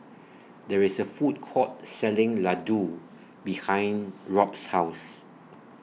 There IS A Food Court Selling Ladoo behind Rob's House